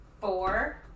Four